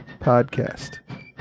podcast